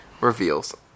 reveals